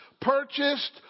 purchased